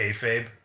kayfabe